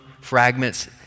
fragments